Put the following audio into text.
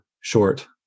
short